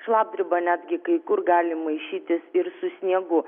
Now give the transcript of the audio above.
šlapdriba netgi kai kur gali maišytis ir su sniegu